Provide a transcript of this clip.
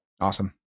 Awesome